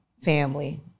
family